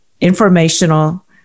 informational